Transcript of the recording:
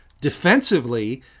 defensively